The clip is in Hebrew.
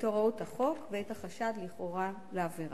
את הוראות החוק ואת החשד לכאורה לעבירה.